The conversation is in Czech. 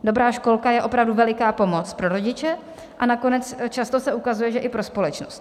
Dobrá školka je opravdu veliká pomoc pro rodiče a nakonec se často ukazuje, že i pro společnost.